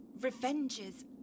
Revenges